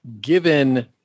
given